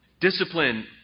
Discipline